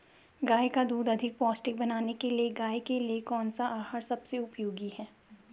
गाय का दूध अधिक पौष्टिक बनाने के लिए गाय के लिए कौन सा आहार सबसे उपयोगी है?